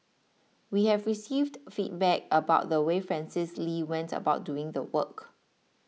we have received feedback about the way Francis Lee went about doing the work